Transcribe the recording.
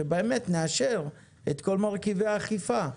שבאמת נאשר את כל מרכיבי האכיפה.